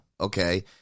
Okay